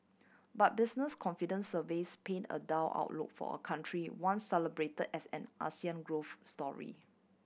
but business confidence surveys paint a dull outlook for a country once celebrated as an growth story